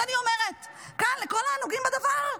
אז אני אומרת כאן לכל הנוגעים בדבר,